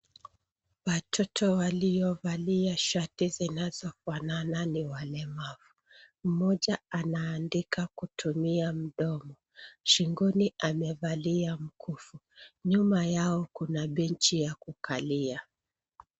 Watoto waliovalia shati zinazofanana ni walemavu. Mmoja anaandika kutumia mdomo, shingoni amevalia mkufu. Nyuma yao kuna benchi ya kukalia.